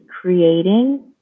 creating